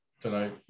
tonight